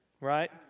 Right